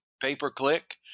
pay-per-click